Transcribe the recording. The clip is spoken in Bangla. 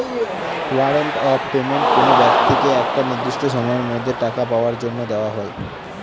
ওয়ারেন্ট অফ পেমেন্ট কোনো ব্যক্তিকে একটা নির্দিষ্ট সময়ের মধ্যে টাকা পাওয়ার জন্য দেওয়া হয়